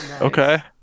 Okay